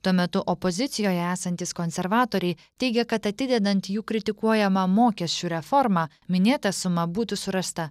tuo metu opozicijoje esantys konservatoriai teigia kad atidedant jų kritikuojamą mokesčių reformą minėta suma būtų surasta